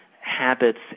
habits